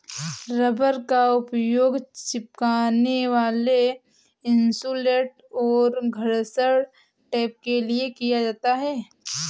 rubber का उपयोग चिपकने वाला इन्सुलेट और घर्षण टेप के लिए किया जाता है